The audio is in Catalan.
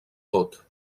tot